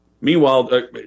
Meanwhile